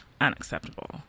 unacceptable